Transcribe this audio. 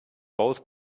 both